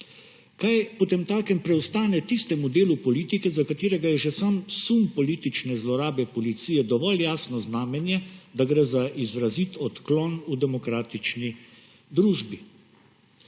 Kaj potemtakem preostane tistemu delu politike, za katerega je že sam sum politične zlorabe policije dovolj jasno znamenje, da gre za izrazit odklon v demokratični družbi?